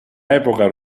epoca